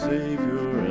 Savior